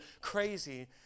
crazy